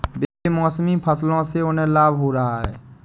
बेमौसमी फसलों से उन्हें लाभ हो रहा है